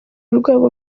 urwego